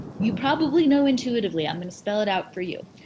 you probably know intuitively. i'm gonna spell it out for you.